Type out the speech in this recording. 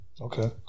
Okay